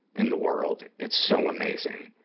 in the world. it's so amazing.